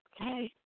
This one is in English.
Okay